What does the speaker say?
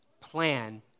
plan